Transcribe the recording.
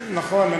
כן, נכון.